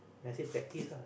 then I say practice ah